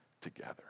together